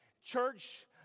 Church